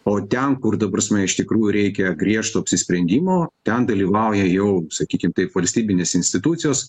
o ten kur ta prasme iš tikrųjų reikia griežto apsisprendimo ten dalyvauja jau sakykim taip valstybinės institucijos